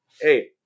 Hey